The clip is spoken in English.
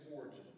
origin